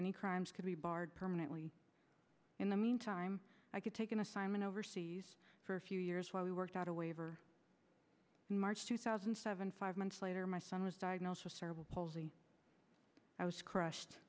any crimes could be barred permanently in the meantime i could take an assignment overseas for a few years while we worked out a waiver in march two thousand and seven five months later my son was diagnosed with cerebral palsy i was crushed